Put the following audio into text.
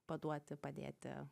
paduoti padėti